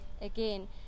again